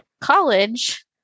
college